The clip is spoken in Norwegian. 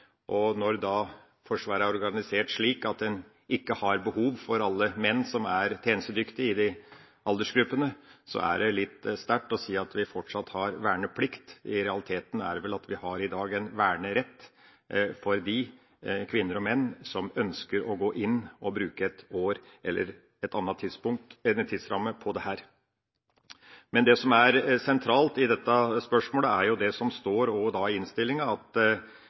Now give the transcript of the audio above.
Når Forsvaret er organisert slik at en ikke har behov for alle menn som er tjenestedyktig i disse aldersgrensene, er det litt sterkt å si at vi fortsatt har verneplikt. I realiteten har vi vel i dag en vernerett for de kvinner og menn som ønsker å gå inn og bruke et år eller en annen tidsramme på dette. Det som er sentralt i dette spørsmålet, er det som også står i innstillinga, at